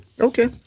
Okay